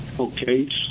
Okay